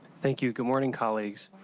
thank you. good morning, colleagues.